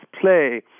play